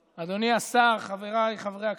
השר, חבריי חברי הכנסת,